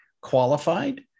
qualified